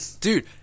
Dude